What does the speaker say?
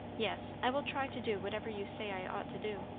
yes. i will try to do whatever you say i ought to do.